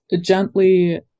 gently